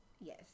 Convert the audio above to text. Yes